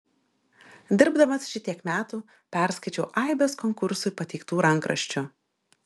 dirbdamas šitiek metų perskaičiau aibes konkursui pateiktų rankraščių